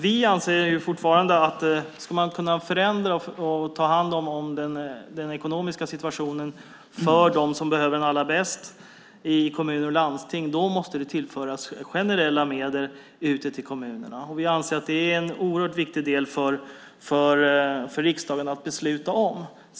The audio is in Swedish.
Vi anser fortfarande att om man i kommuner och landsting ska kunna förändra och ta hand om den ekonomiska situationen för dem som behöver den allra bäst måste man tillföra generella medel till kommunerna. Detta är en mycket viktig sak för riksdagen att besluta om.